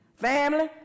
Family